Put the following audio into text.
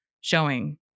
showing